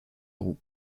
roux